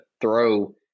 throw